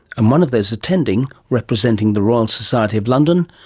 one of those attending, representing the royal society of london,